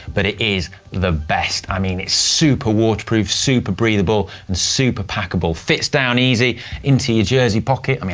but it is the best. i mean it's super waterproof, super breathable, and super packable, fits down easy into your jersey pocket. i mean